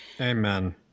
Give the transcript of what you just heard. Amen